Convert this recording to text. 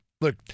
look